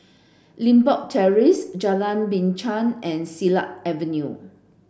Limbok Terrace Jalan Binchang and Silat Avenue